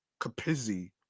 capizzi